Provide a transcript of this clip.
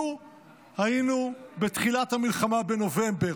לו היינו בתחילת המלחמה, בנובמבר,